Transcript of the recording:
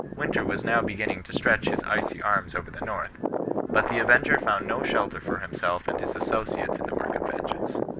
winter was now beginning to stretch his icy arms over the north but the avenger found no shelter for himself and his associates in the work of vengeance.